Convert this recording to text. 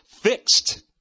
fixed